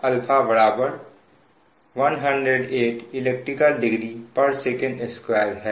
अब यह α 108 elect degree Sec2 है